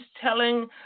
telling